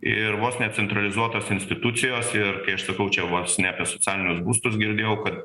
ir vos ne centralizuotos institucijos ir sakau čia vos ne apie socialinius būstus girdėjau kad